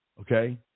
okay